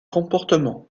comportement